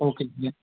okay